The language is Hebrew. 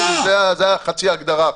בתפקיד שלי זה חצי הגדרה.